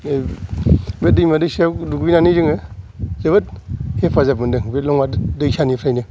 बे दैमा दैसायाव दुगैनानै जोङो जोबोद हेफाजाब मोनदों बे ल'ङा दैसानिफ्रायनो